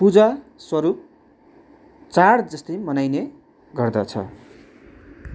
पूजास्वरूप चाड जस्तै मनाइने गर्दछ